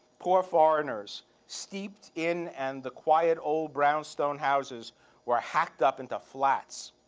poor foreigners steeped in and the quiet old brownstone houses were hacked up into flats.